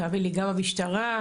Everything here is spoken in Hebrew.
וחברת מרכז סליקה בנקאי בע"מ.